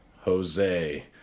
Jose